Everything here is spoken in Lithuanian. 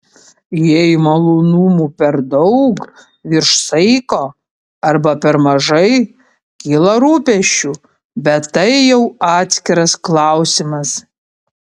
jei malonumų per daug virš saiko arba per mažai kyla rūpesčių bet tai jau atskiras klausimas